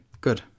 good